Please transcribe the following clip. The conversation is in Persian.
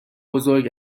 بزرگ